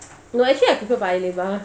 no actually I prefer paya lebar